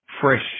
fresh